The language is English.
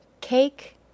cake